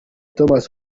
thomas